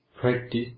practice